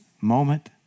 moment